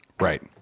Right